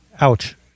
Ouch